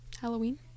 Halloween